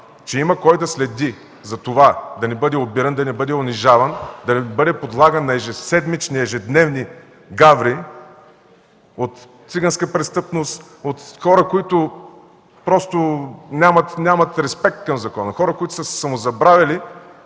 че има кой да следи да не бъде обиран, да не бъде унижаван, да не бъде подлаган на ежеседмични, ежедневни гаври от циганска престъпност, от хора, които нямат респект към закона, от хора, които са се самозабравили,